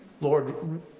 Lord